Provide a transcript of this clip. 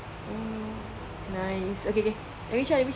oh nice okay okay let me try let me try